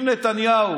אם נתניהו